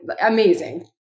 amazing